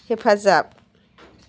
हेफाजाब